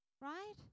right